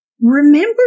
Remember